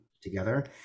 together